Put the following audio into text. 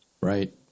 Right